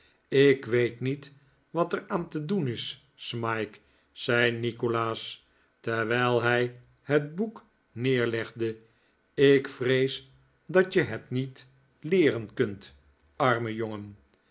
ik weet niet wat er aan te doen is smike zei nikolaas terwijl hij het boek neerlegde ik vrees dat je het niet leeren kunt arme jongen